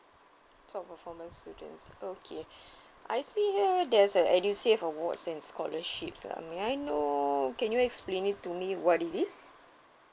top performance student okay I see here there's a edusave awards and scholarships lah may I know can you explain it to me what it is